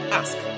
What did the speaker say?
ask